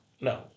no